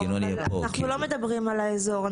לא, אבל אנחנו לא מדברים על האזור.